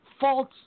fault